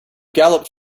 galloped